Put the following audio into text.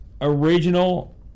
original